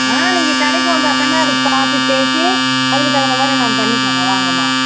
ஆ நீங்கள் கடைக்கு வந்தால் தாங்க அது பார்த்து பேசி அதுக்கு தகுந்த மாதிரி நாங்கள் பண்ணித்தரோம் வாங்கம்மா